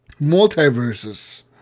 Multiverses